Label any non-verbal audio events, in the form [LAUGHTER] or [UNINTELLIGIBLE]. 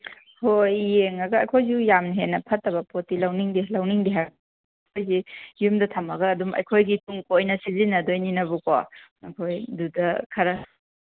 ꯍꯣꯏ ꯌꯦꯡꯉꯒ ꯑꯩꯈꯣꯏꯁꯨ ꯌꯥꯝ ꯍꯦꯟꯅ ꯐꯠꯇꯕ ꯄꯣꯠꯇꯤ ꯂꯧꯅꯤꯡꯗꯦ ꯂꯧꯅꯤꯡꯗꯦ [UNINTELLIGIBLE] ꯌꯨꯝꯗ ꯊꯝꯃꯒ ꯑꯗꯨꯝ ꯑꯩꯈꯣꯏꯒꯤ ꯇꯨꯡꯀꯣꯏꯅ ꯁꯤꯖꯤꯟꯅꯗꯣꯏꯅꯤꯕꯀꯣ ꯑꯩꯈꯣꯏ ꯑꯗꯨꯗ ꯈꯔ